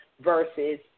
versus